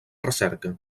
recerca